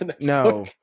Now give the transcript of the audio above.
No